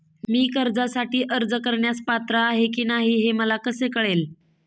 मी कर्जासाठी अर्ज करण्यास पात्र आहे की नाही हे मला कसे कळेल?